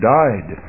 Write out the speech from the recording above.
died